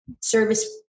service